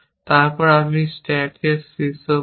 তারপর আমি স্ট্যাকের শীর্ষ পপ